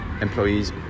employees